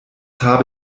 habe